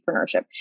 entrepreneurship